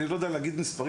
אני לא יודע להגיד מספרים,